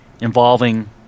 involving